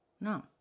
No